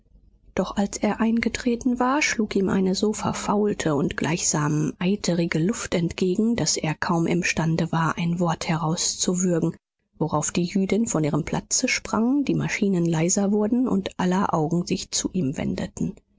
doch als er eingetreten war schlug ihm eine so verfaulte und gleichsam eiterige luft entgegen daß er kaum imstande war ein wort herauszuwürgen worauf die jüdin von ihrem platze sprang die maschinen leiser wurden und aller augen sich zu ihm wendeten